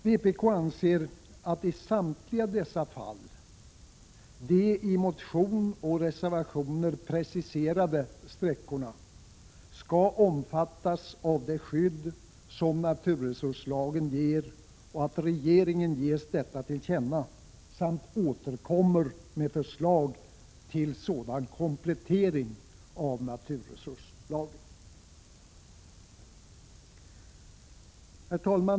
Vpk anser att samtliga de i motion och reservationer preciserade sträckorna skall omfattas av det skydd som naturresurslagen ger och att regeringen skall ges detta till känna samt återkomma med förslag till sådan komplettering av naturresurslagen. Herr talman!